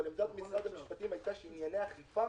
אבל עמדת משרד המשפטים היתה שענייני אכיפה